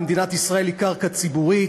היא קרקע ציבורית,